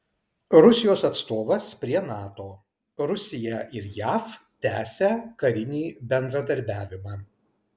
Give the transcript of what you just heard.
rusijos atstovas prie nato rusija ir jav tęsia karinį bendradarbiavimą